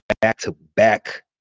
back-to-back